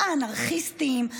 האנרכיסטים,